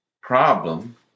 problem